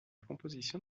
composition